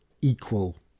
equal